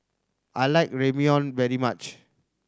I like Ramyeon very much